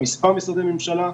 למספר משרדי ממשלה.